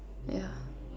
yeah